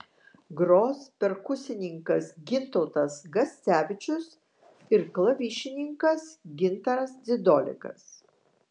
gros perkusininkas gintautas gascevičius ir klavišininkas gintaras dzidolikas